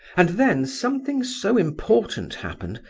and then something so important happened,